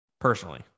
personally